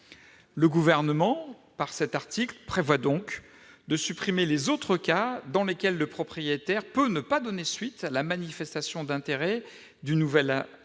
le Gouvernement prévoit donc de supprimer les autres cas dans lesquels le propriétaire peut ne pas donner suite à la manifestation d'intérêt du nouvel arrivant.